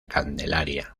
candelaria